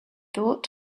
thought